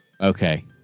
Okay